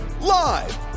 live